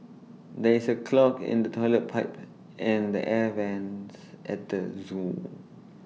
there is A clog in the Toilet Pipe and the air Vents at the Zoo